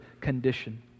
condition